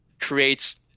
creates